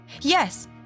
Yes